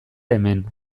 hemen